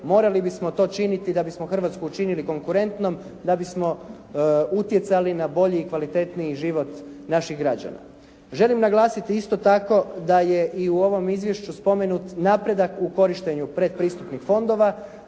morali bismo to činiti da bismo Hrvatsku učinili konkurentnom, da bismo utjecali na bolji i kvalitetniji život naših građana. Želim naglasiti isto tako da je i u ovom izvješću spomenut napredak u korištenju predpristupnih fondova,